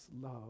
love